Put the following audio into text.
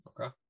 Okay